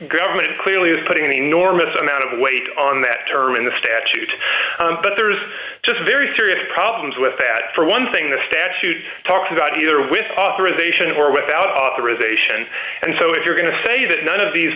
government clearly is putting an enormous amount of weight on that term in the statute but there's just very serious problems with that for one thing the statute talks about either with authorization or without authorization and so if you're going to say that none of these